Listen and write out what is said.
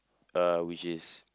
uh which is